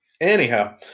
Anyhow